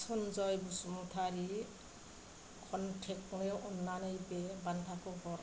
सनजय बसुमतारी कनटेक्टनो अननानै बे बान्थाखौ हर